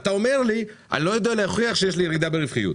אתה אומר לי: אני לא יודע להוכיח שיש לי ירידה ברווחיות.